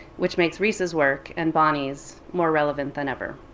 which makes riis's work and bonnie's more relevant than ever.